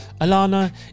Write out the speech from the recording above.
Alana